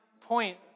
point